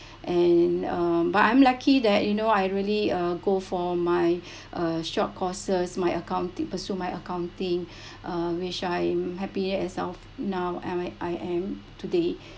and uh but I'm lucky that you know I really uh go for my uh short courses my account pursue my accounting uh which I'm happier as of now am I I am today